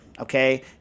Okay